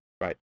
right